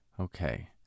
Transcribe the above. Okay